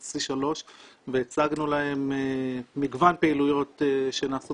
את C3 והצגנו להם מגוון פעילויות שנעשות